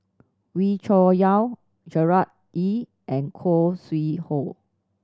Wee Cho Yaw Gerard Ee and Khoo Sui Hoe